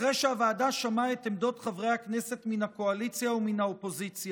אחרי שהוועדה שמעה את עמדות חברי הכנסת מן הקואליציה ומן האופוזיציה,